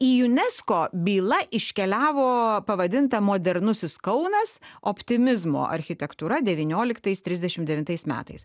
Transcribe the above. į unesco byla iškeliavo pavadinta modernusis kaunas optimizmo architektūra devynioliktais trisdešim devintais metais